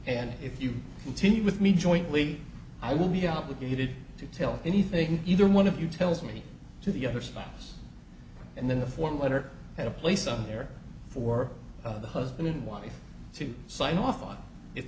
and if you continue with me jointly i will be obligated to tell anything either one of you tells me to the other spouse and then the form letter had a place on there for the husband and wife to sign off on if